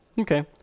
Okay